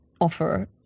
offer